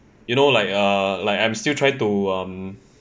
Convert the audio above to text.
you know like err like I'm still trying to um